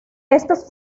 estas